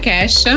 Cash